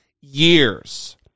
years